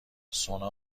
سونا